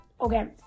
Okay